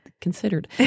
considered